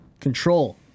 Control